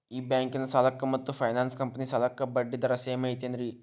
ಈ ಬ್ಯಾಂಕಿನ ಸಾಲಕ್ಕ ಮತ್ತ ಫೈನಾನ್ಸ್ ಕಂಪನಿ ಸಾಲಕ್ಕ ಬಡ್ಡಿ ದರ ಸೇಮ್ ಐತೇನ್ರೇ?